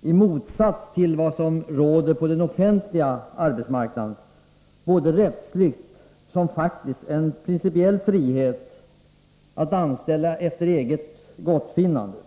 —-i motsats till vad som råder på den offentliga arbetsmarknaden — både rättsligt och faktiskt en principiell frihet att anställa efter eget gottfinnande.